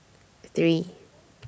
three